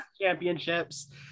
championships